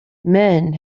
men